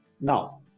Now